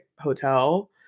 hotel